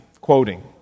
quoting